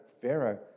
Pharaoh